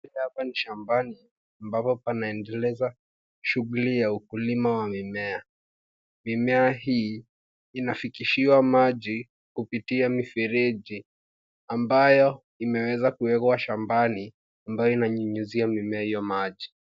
Hapa ni shambani ambapo panendeleza shughuli ya ukulima wa mimea. Mimea hii inafikishiwa maji kupitia mifereji ambayo imeweza kuwekwa shambani ambayo inanyunyuzia mimea hio maji.